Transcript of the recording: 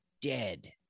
dead